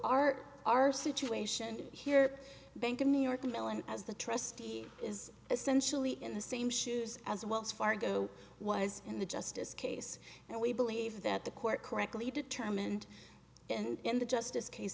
are our situation here bank of new york mellon as the trustee is essentially in the same shoes as wells fargo was in the justice case and we believe that the court correctly determined and in the justice case